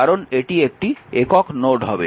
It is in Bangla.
কারণ এটি একটি একক নোড হবে